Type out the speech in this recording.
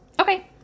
Okay